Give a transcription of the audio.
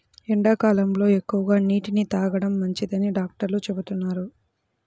ఎండాకాలంలో ఎక్కువగా నీటిని తాగడం మంచిదని డాక్టర్లు చెబుతున్నారు